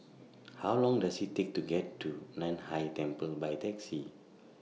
How Long Does IT Take to get to NAN Hai Temple By Taxi